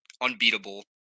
unbeatable